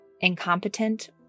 incompetent